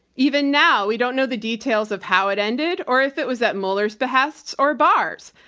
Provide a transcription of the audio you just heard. even now, we don't know the details of how it ended or if it was that mueller's behest or barr's.